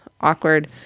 awkward